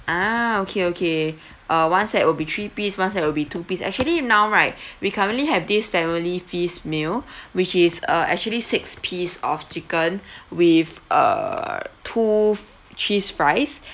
ah okay okay uh one set will be three piece one set will be two piece actually now right we currently have this family feast meal which is uh actually six piece of chicken with err two f~ cheese fries